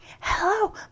hello